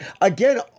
again